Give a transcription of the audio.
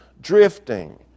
drifting